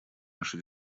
наши